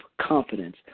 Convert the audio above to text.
confidence